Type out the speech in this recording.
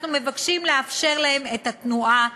אנחנו מבקשים לאפשר להן את התנועה,